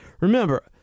Remember